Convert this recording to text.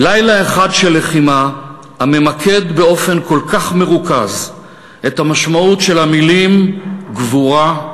לילה אחד של לחימה הממקד באופן כל כך מרוכז את המשמעות של המילים גבורה,